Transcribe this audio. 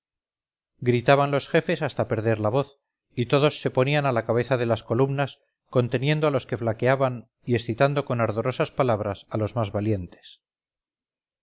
gritaban los jefes hasta perder la voz y todos se ponían a la cabeza de las columnas conteniendo a los que flaqueaban y excitando con ardorosas palabras a los más valientes